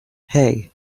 hey